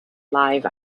live